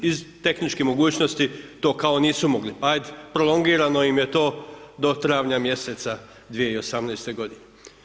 Iz tehničkih mogućnosti to kao nisu mogli, ajd prolongirano im je to do travnja mjeseca 2018. godine.